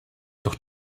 doch